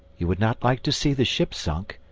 you would not like to see the ship sunk,